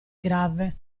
grave